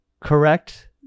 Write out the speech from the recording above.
correct